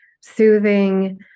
soothing